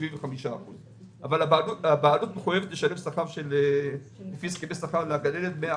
אבל כרגע יש לי אחריות כלפי הבעלויות בנוגע למה